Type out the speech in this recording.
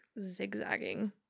zigzagging